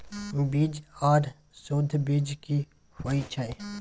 बीज आर सुध बीज की होय छै?